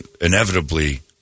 inevitably